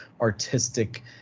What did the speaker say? artistic